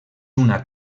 una